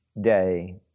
day